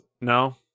No